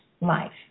life